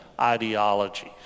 ideologies